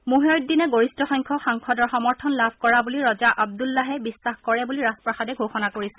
মুহয়িদ্দিনে গৰিষ্ঠ সংখ্যক সাংসদৰ সমৰ্থন লাভ কৰা বুলি ৰজা আবদুল্লাহে বিশ্বাস কৰে বুলি ৰাজপ্ৰাসাদে ঘোষণা কৰিছে